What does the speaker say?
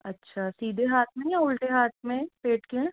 अच्छा सीधे हाथ में या उलटे हाथ में पेट के